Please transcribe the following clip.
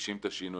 מרגישים את השינוי,